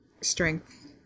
strength